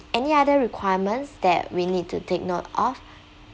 any other requirements that we need to take note of